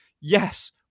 yes